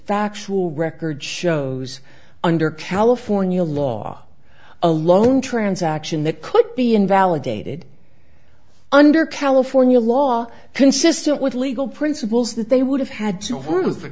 factual record shows under california law alone transaction that could be invalidated under california law consistent with legal principles that they would have had to